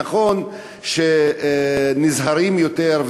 נכון שנזהרים יותר,